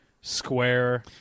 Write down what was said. square